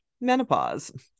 menopause